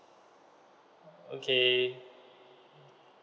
okay